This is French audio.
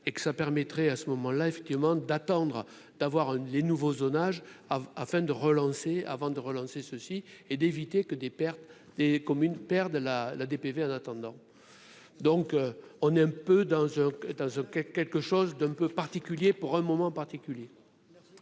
et que ça permettrait à ce moment-là, effectivement, d'attendre d'avoir les nouveaux zonage afin de relancer avant de relancer ceci et d'éviter que des pertes et comme une paire de la la DPV en attendant, donc on est un peu dans dans OK, quelque chose d'un peu particulier pour un moment particulier.